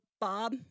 Bob